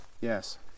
Yes